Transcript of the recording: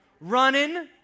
Running